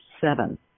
seven